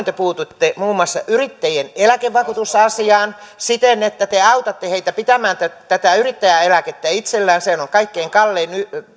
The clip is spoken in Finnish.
te puututte muun muassa yrittäjien eläkevakuutusasiaan siten että te autatte heitä pitämään tätä tätä yrittäjäeläkettä itsellään sehän on kaikkein kallein